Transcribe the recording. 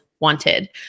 wanted